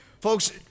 Folks